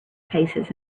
paces